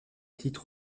titres